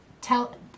tell